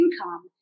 income